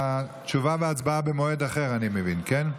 תשובה והצבעה במועד אחר, אני מבין, כן?